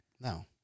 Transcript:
No